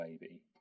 baby